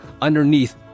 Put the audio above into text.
underneath